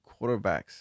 quarterbacks